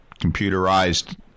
computerized